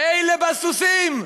ואלה בסוסים,